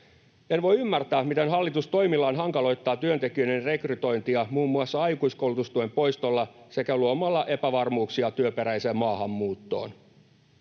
En voi ymmärtää, miten hallitus toimillaan hankaloittaa työntekijöiden rekrytointia muun muassa aikuiskoulutustuen poistolla sekä luomalla epävarmuuksia työperäiseen maahanmuuttoon.